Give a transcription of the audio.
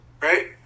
right